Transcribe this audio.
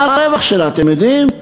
מה הרווח שלה, אתם יודעים?